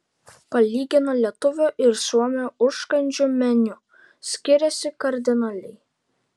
palygino lietuvio ir suomio užkandžių meniu skiriasi kardinaliai